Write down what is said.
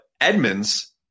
Edmonds